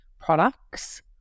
products